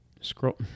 scroll